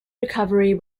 recovery